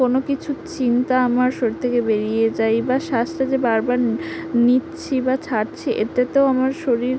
কোনো কিছুর চিন্তা আমার শরীর থেকে বেরিয়ে যায় বা শ্বাসটা যে বারবার নিচ্ছি বা ছাড়ছি এতাতেও আমার শরীর